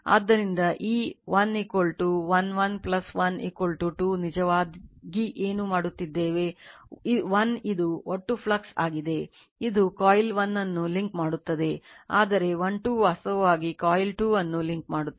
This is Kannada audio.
ಆದ್ದರಿಂದ ಈ 1 1 1 1 2 ನಿಜವಾಗಿ ಏನು ಮಾಡುತ್ತಿದ್ದೇವೆ 1 ಇದು ಒಟ್ಟು ಫ್ಲಕ್ಸ್ ಆಗಿದೆ ಇದು ಕಾಯಿಲ್ 1 ಅನ್ನು ಲಿಂಕ್ ಮಾಡುತ್ತದೆ ಆದರೆ 1 2 ವಾಸ್ತವವಾಗಿ ಕಾಯಿಲ್ 2 ಅನ್ನು ಲಿಂಕ್ ಮಾಡುತ್ತದೆ